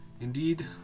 Indeed